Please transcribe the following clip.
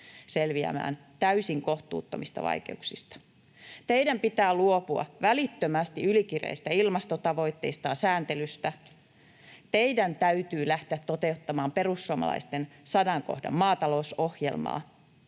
selviämään täysin kohtuuttomista vaikeuksista. Teidän pitää luopua välittömästi ylikireistä ilmastotavoitteista ja sääntelystä, teidän täytyy lähteä toteuttamaan perussuomalaisten sadan kohdan maatalousohjelmaa.